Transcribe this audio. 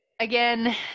again